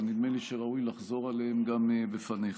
אבל נדמה לי שראוי לחזור עליהם גם בפניך.